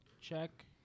check